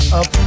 up